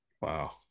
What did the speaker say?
Wow